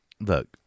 Look